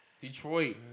Detroit